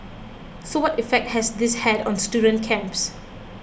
so what effect has this had on student camps